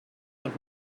und